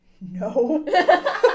No